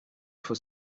for